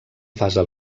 fase